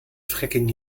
fracking